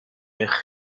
eich